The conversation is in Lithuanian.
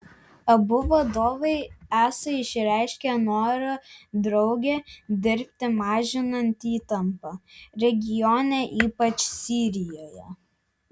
abu vadovai esą išreiškė norą drauge dirbti mažinant įtampą regione ypač sirijoje